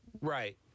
Right